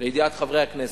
לידיעת חברי הכנסת,